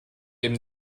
eben